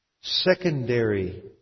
secondary